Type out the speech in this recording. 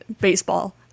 baseball